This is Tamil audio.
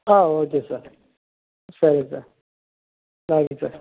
ஆ ஓகே சார் சரிங்க சார் ஓகே சார்